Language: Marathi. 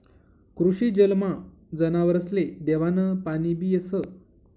कृषी जलमा जनावरसले देवानं पाणीबी येस